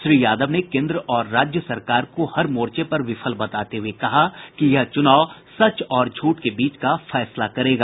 श्री यादव ने केन्द्र और राज्य सरकार को हर मोर्चे पर विफल बताते हुए कहा कि यह चुनाव सच और झूठ के बीच का फैसला करेगा